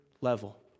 level